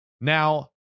Now